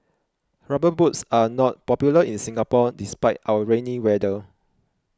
rubber boots are not popular in Singapore despite our rainy weather